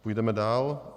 Půjdeme dál.